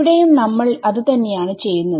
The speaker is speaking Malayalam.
ഇവിടെയും നമ്മൾ അത് തന്നെയാണ് ചെയ്യുന്നത്